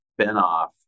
spinoff